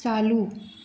चालू